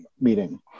meeting